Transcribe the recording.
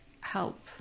help